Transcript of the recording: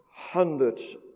hundreds